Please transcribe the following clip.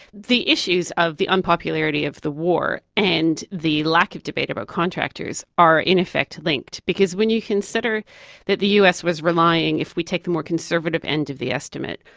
the issues of the unpopularity of the war and the lack of debate about contractors are in effect linked, because when you consider that the us was relying, if we take the more conservative end of the estimate,